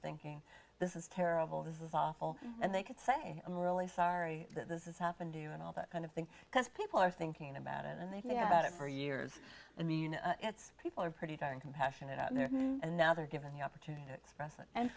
thinking this is terrible this is awful and they could say i'm really sorry that this is happened to you and all that kind of thing because people are thinking about it and they think about it for years i mean it's people are pretty darn compassionate and now they're given the opportunity to express